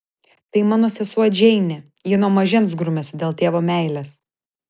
tai mano sesuo džeinė ji nuo mažens grumiasi dėl tėvo meilės